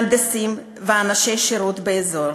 מהנדסים ואנשי שירות באזור.